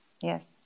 Yes